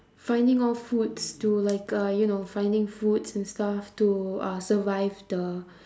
finding all foods to like uh you know finding foods and stuff to uh survive the